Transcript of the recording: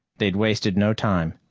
they'd wasted no time.